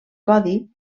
codi